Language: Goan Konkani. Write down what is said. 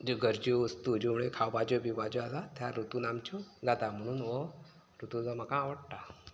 ज्यो गरज्यो वस्तू ज्यो म्हळ्यार खावपाच्यो पिवपाच्यो ज्यो आसा त्या रुतून आमच्यो जाता म्हुणन हो रुतू जो म्हाका आवडटा